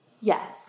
yes